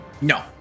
No